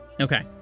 okay